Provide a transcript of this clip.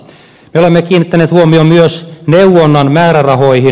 me olemme kiinnittäneet huomion myös neuvonnan määrärahoihin